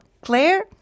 Claire